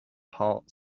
part